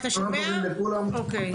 קדימה,